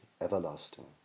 everlasting